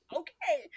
okay